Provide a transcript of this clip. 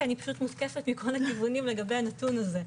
כי אני פשוט מותקפת מכל הכיוונים לגבי הנתון הזה.